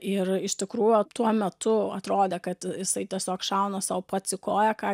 ir iš tikrųjų tuo metu atrodė kad jisai tiesiog šauna sau pats į koją ką